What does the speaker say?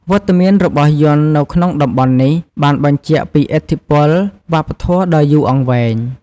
វត្តមានរបស់យ័ន្តនៅក្នុងតំបន់នេះ បានបញ្ជាក់ពីឥទ្ធិពលវប្បធម៌ដ៏យូរអង្វែង។